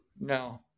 No